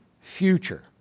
future